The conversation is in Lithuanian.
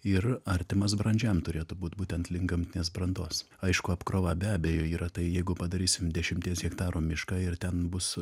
ir artimas brandžiam turėtų būt būtent link gamtinės brandos aišku apkrova be abejo yra tai jeigu padarysim dešimties hektarų mišką ir ten bus